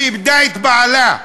שאיבדה את בעלה,